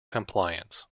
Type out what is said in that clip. compliance